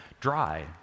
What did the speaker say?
dry